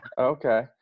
Okay